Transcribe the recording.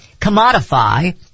Commodify